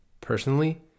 Personally